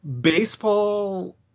baseball